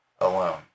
alone